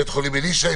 מבית החולים אלישע.